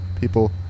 people